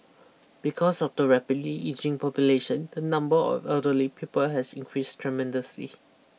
because of the rapidly ageing population the number of elderly people has increased tremendously